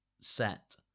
set